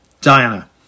Diana